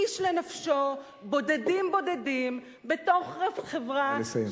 איש לנפשו, בודדים, בודדים, בתוך חברה, נא לסיים.